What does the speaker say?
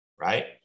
Right